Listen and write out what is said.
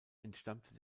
entstammte